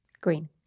Green